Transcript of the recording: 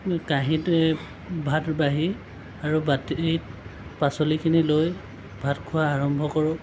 কাঁহীতে ভাত বাঢ়ি আৰু বাতিত পাচলিখিনি লৈ ভাত খোৱা আৰম্ভ কৰোঁ